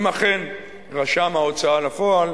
אם אכן רשם ההוצאה לפועל